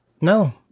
No